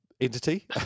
entity